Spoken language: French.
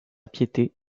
piété